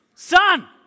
Son